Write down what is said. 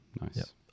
Nice